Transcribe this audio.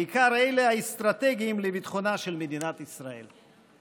בעיקר אלה האסטרטגיים לביטחונה של מדינת ישראל.